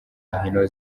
nkino